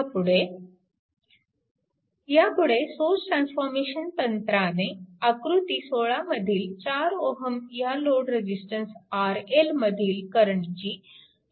ह्यापुढे ह्यापुढे source transformation तंत्राने आकृती 16 मधील 4Ω ह्या लोड रेजिस्टन्स RL मधील करंटची किंमत काढा